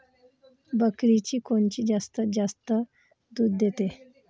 बकरीची कोनची जात जास्त दूध देते?